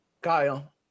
Kyle